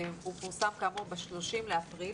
הוא פורסם כאמור ב-30 באפריל.